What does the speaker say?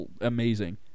amazing